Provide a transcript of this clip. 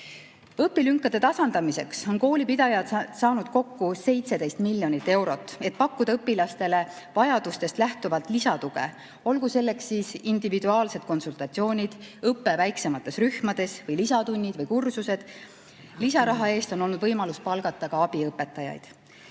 Õpilünkade tasandamiseks on koolipidajad saanud kokku 17 miljonit eurot, et pakkuda õpilastele vajadustest lähtuvalt lisatuge, olgu selleks individuaalsed konsultatsioonid, õpe väiksemates rühmades, lisatunnid või kursused. Lisaraha eest on olnud võimalus palgata ka abiõpetajaid.